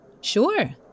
Sure